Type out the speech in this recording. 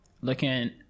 looking